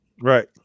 Right